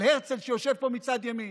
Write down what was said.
על הרצל שיושב פה מצד ימין,